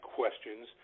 questions